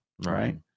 right